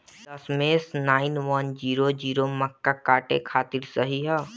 दशमेश nine one zero zero मक्का काटे खातिर सही ह?